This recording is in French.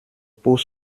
pour